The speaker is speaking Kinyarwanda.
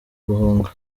guhunga